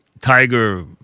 Tiger